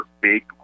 big